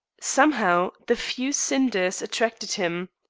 somehow the few cinders attracted him.